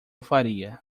faria